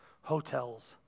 hotels